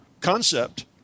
concept